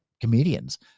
comedians